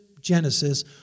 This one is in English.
Genesis